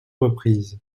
reprises